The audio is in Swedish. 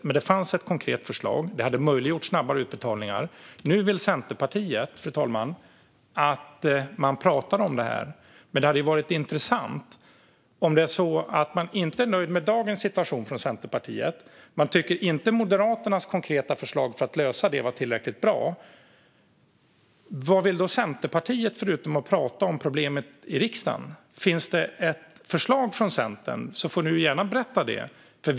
Det fanns dock ett konkret förslag, vilket hade möjliggjort snabbare utbetalningar. Fru talman! Nu vill Centerpartiet att vi ska prata om det här. Men om man i Centerpartiet inte är nöjd med dagens situation och inte tycker att Moderaternas konkreta förslag för att lösa det här är tillräckligt bra, vad vill då Centerpartiet göra förutom att prata om problemet i riksdagen? Finns det något förslag från Centern får du gärna berätta om det, Lars Thomsson.